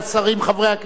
חברי הכנסת,